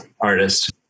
artist